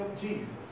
Jesus